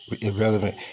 irrelevant